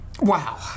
Wow